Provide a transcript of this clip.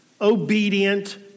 obedient